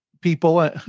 people